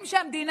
בלי "אני,